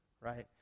right